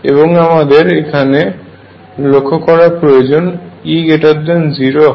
এবং আমাদের এখানে লক্ষ্য করা প্রয়োজন E0 হয়